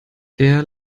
der